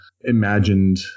imagined